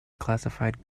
classified